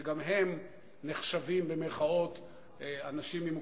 שגם הם נחשבים "אנשים עם מוגבלויות",